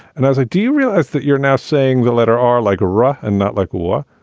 and as i do, you realize that you're now saying the latter are like a ra and not like war.